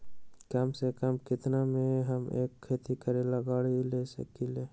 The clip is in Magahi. कम से कम केतना में हम एक खेती करेला गाड़ी ले सकींले?